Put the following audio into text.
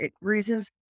reasons